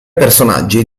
personaggi